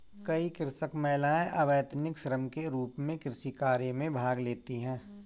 कई कृषक महिलाएं अवैतनिक श्रम के रूप में कृषि कार्य में भाग लेती हैं